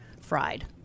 fried